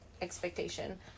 expectation